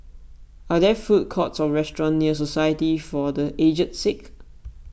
are there food courts or restaurants near Society for the Aged Sick